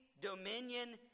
dominion